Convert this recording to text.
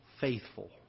faithful